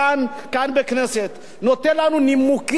נותן לנו נימוקים כלכליים-חברתיים,